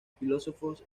filósofos